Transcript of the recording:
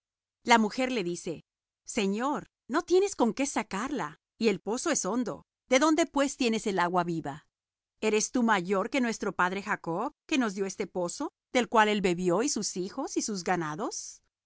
la mujer le dice señor no tienes con qué sacar la y el pozo es hondo de dónde pues tienes el agua viva eres tú mayor que nuestro padre jacob que nos dió este pozo del cual él bebió y sus hijos y sus ganados